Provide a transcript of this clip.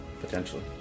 Potentially